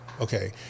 Okay